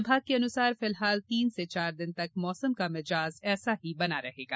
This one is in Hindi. विभाग के अनुसार फिलहाल तीन से चार दिन तक मौसम का मिजाज ऐसा ही बना रहेगा